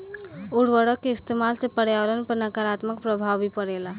उर्वरक के इस्तमाल से पर्यावरण पर नकारात्मक प्रभाव भी पड़ेला